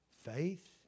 faith